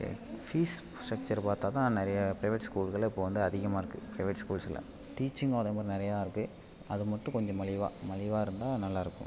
fees ஸ்ட்ரக்சரை பார்த்தாதான் நிறைய பிரைவேட் ஸ்கூல்களில் இப்போ வந்து அதிகமாகருக்கு பிரைவேட் ஸ்கூல்ஸில் டீச்சிங்கும் அதேமாதிரி நிறையா இருக்குது அது மட்டும் கொஞ்சம் மலிவாக மலிவாக இருந்தால் நல்லாயிருக்கும்